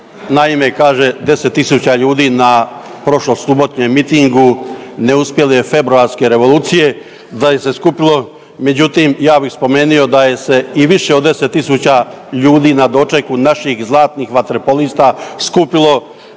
Naime, kaže, 10 tisuća ljudi na prošlo subotnjem mitingu neuspjele februarske revolucije da je se skupilo, međutim ja bi spomenuo da se je i više od 10 tisuća ljudi na dočeku naših zlatnih vaterpolista skupilo